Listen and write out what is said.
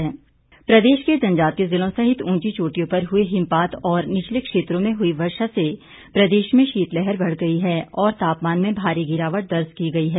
मौसम प्रदेश के जनजातीय जिलों सहित उंची चोटियों पर हुए हिमपात और निचले क्षेत्रों में हुई वर्षा से प्रदेश में शीतलहर बढ़ गई है और तापमान में भारी गिरावट दर्ज की गई है